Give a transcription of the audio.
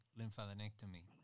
lymphadenectomy